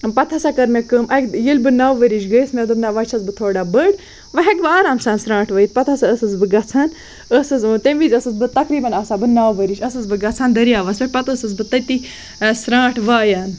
پَتہٕ ہَسا کٔر مےٚ کٲم اکہِ ییٚلہِ بہٕ نَو ؤرِش گٔیَس مےٚ دوٚپ نہَ وۄنۍ چھَس بہٕ تھوڑا بٔڑ وۄنۍ ہیٚکہِ بہٕ آرام سان سرانٛٹھ وٲیِتھ پَتہِ ہَسا ٲسٕس بہٕ گَژھان ٲسٕس بہٕ تمہِ وِز ٲسٕس بہٕ تَقریباً آسہٕ ہا بہٕ نَو ؤرِش ٲسٕس بہٕ گَژھان دریاوَس پٮ۪ٹھ پَتہٕ ٲسٕس بہٕ تٔتی سرانٛٹھ وایان